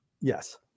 yes